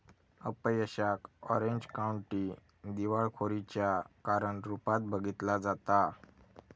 अपयशाक Orange County दिवाळखोरीच्या कारण रूपात बघितला जाता